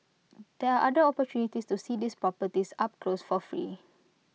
there are other opportunities to see these properties up close for free